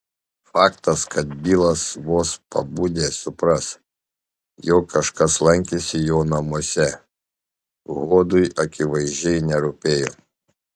faktas kad bilas vos pabudęs supras jog kažkas lankėsi jo namuose hodui akivaizdžiai nerūpėjo